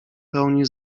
pełni